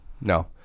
No